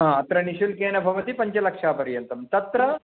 हा अत्र निश्शुल्केन भवति पञ्ज्चलक्षपर्यन्तं तत्र